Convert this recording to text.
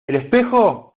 espejo